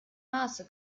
maße